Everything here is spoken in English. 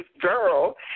girl